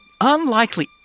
unlikely